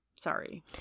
sorry